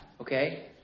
Okay